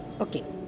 Okay